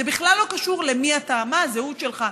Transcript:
זה בכלל לא קשור למי אתה, מה הזהות שלך.